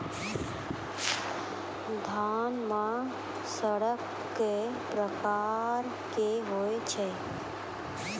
धान म सड़ना कै प्रकार के होय छै?